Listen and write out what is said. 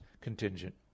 contingent